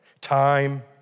Time